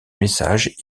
messages